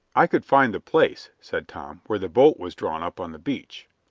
i could find the place, said tom, where the boat was drawn up on the beach.